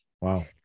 wow